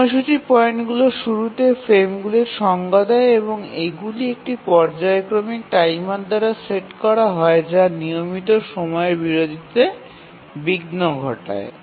সময়সূচী পয়েন্টগুলি শুরুতে ফ্রেমগুলির সংজ্ঞা দেয় এবং এগুলি একটি পর্যায়ক্রমিক টাইমার দ্বারা সেট করা হয় যা নিয়মিত সময়ের বিরতিতে বিঘ্ন ঘটায়